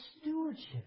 stewardship